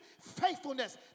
faithfulness